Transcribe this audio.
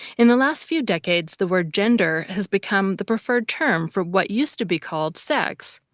in the last few decades, the word gender has become the preferred term for what used to be called sex,